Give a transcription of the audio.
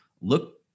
look